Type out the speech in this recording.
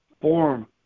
form